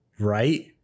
right